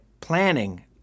planning